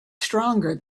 stronger